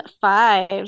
five